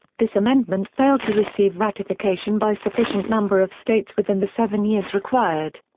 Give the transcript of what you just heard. this amendment failed to receive ratification by sufficient number of states within the seven years required.